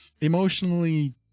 emotionally